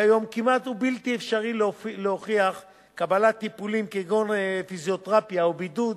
כיום כמעט בלתי אפשרי להוכיח קבלת טיפולים כגון פיזיותרפיה ובידוד